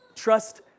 Trust